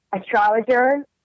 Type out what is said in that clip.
astrologer